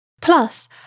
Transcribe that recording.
Plus